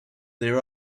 their